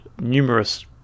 numerous